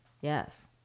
Yes